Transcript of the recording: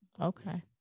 okay